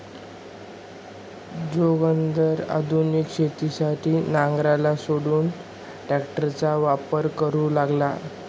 जोगिंदर आधुनिक शेतीसाठी नांगराला सोडून ट्रॅक्टरचा वापर करू लागला